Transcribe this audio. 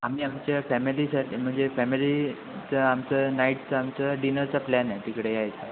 आम्ही आमच्या फॅमिलीसाठी म्हणजे फॅमिलीचं आमचं नाईटचं आमचं डिनरचा प्लॅन आहे तिकडे यायचा